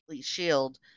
shield